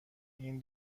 این